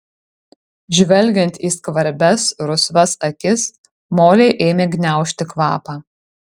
žvelgiant į skvarbias rusvas akis molei ėmė gniaužti kvapą